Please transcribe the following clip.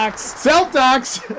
Self-docs